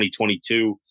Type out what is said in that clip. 2022